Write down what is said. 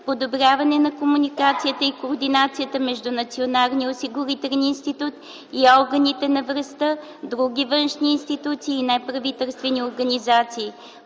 Подобряване на комуникацията и координацията между Националния осигурителен институт и органите на властта, други външни институции и неправителствени организации.